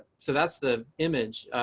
so that's the image.